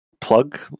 plug